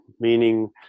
meaning